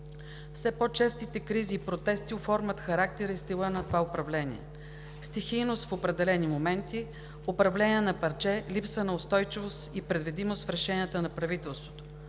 Все по-честите кризи и протестите оформят характера и стила на това управление – стихийност в определени моменти, управление на парче, липса на устойчивост и предвидимост в решенията на правителството.